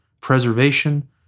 preservation